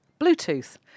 Bluetooth